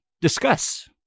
discuss